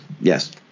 Yes